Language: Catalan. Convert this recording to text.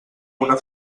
una